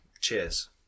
cheers